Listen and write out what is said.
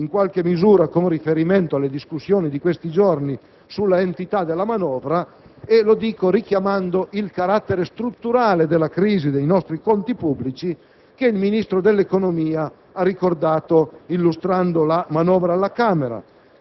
manovra. Lo dico con riferimento alle discussioni di questi giorni sull'entità della manovra e richiamando il carattere strutturale della crisi dei nostri conti pubblici che il Ministro dell'economia ha ricordato illustrando la manovra alla Camera,